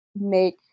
make